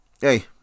Hey